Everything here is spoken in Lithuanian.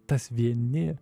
tas vieni